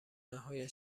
نهایت